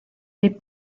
les